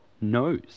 knows